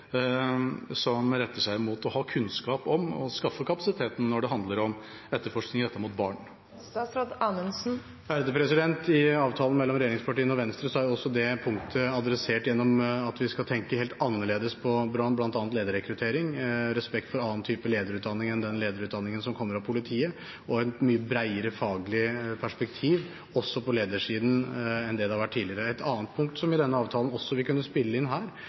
som retter seg mot å ha kunnskap om å skaffe kapasiteten når det handler om etterforskning rettet mot barn. I avtalen mellom regjeringspartiene og Venstre er også det punktet adressert gjennom at vi skal tenke helt annerledes på bl.a. lederrekruttering, respekt for annen type lederutdanning enn den lederutdanningen som kommer av politiet, og et mye bredere faglig perspektiv også på ledersiden enn det det har vært tidligere. Et annet punkt i denne avtalen som også vil kunne spille inn her,